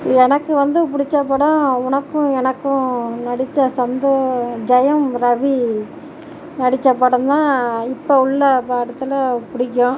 எனக்கு வந்து பிடிச்ச படம் உனக்கும் எனக்கும் நடித்த சந்தோ ஜெயம்ரவி நடித்த படம் தான் இப்போது உள்ள படத்தில் பிடிக்கும்